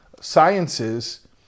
sciences